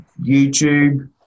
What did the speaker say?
YouTube